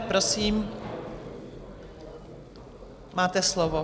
Prosím, máte slovo.